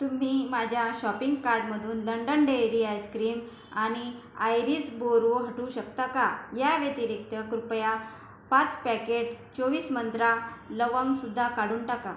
तुम्ही माझ्या शॉपिंग कार्टमधून लंडन डेअरी आइस्क्रीम आणि आयरीज बोरू हटवू शकता का या व्यतिरिक्त कृपया पाच पॅकेट चोवीस मंत्रा लवंगसुद्धा काढून टाका